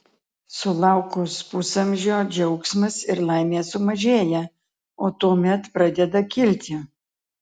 sulaukus pusamžio džiaugsmas ir laimė sumažėja o tuomet pradeda kilti